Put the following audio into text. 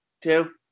two